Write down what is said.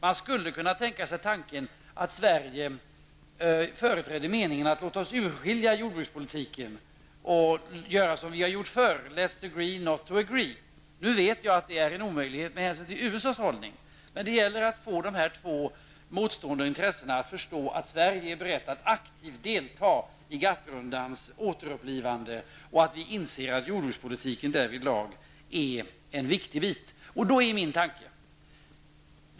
Man skulle kunna tänka sig att Sverige företrädde meningen att låta oss skilja ur jordbrukspolitiken och göra som vi har gjort förr -- ''let us agree not to agree''. Jag vet dock att det är en omöjlighet med hänsyn till USAs hållning. Men det gäller att få dessa två motstående intressen att förstå att Sverige är berett att aktivt delta i ett arbete för GATT-rundans återupplivande och att vi i Sverige inser att jordbrukspolitiken därvidlag är en viktig bit.